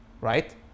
right